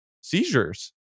seizures